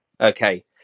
Okay